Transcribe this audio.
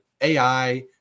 AI